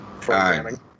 programming